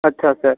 अच्छा सर